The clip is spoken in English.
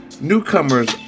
Newcomers